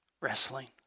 wrestling